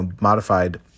modified